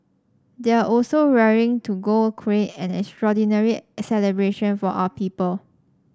they are also raring to go create an extraordinary celebration for our people